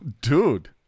Dude